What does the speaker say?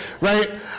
right